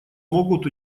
могут